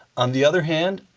on the other hand,